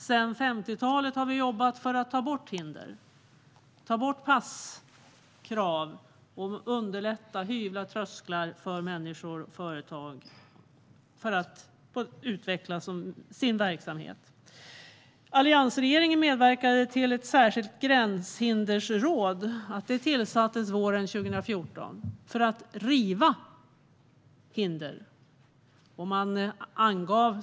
Sedan 50-talet har vi jobbat för att ta bort hinder, ta bort krav på pass och underlätta och hyvla trösklar för människor och företag så att de kan utveckla sin verksamhet. Alliansregeringen medverkade till att ett särskilt gränshinderråd tillsattes våren 2014 med uppgift att riva hinder.